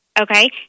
Okay